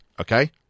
okay